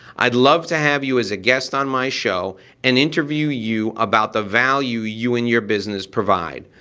i'd love to have you as a guest on my show and interview you about the value you and your business provide.